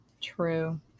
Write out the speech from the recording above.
True